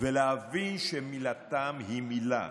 ולהבין שמילתם היא מילה.